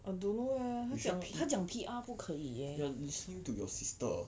I don't know leh 他讲他讲 P_R 不可以 leh